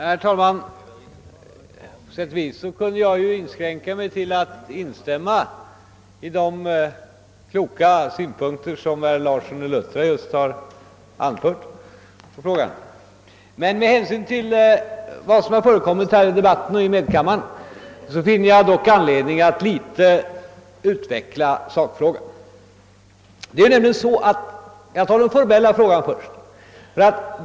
Herr talman! På sätt och vis kunde jag inskränka mig till att instämma i de kloka synpunkter som herr Larsson i Luttra just anfört, men med hänsyn till vad som förekommit i debatten här och i medkammaren finner jag anledning att något utveckla själva sakfrågan. Men först några ord om den formella sidan.